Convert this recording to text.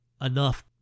enough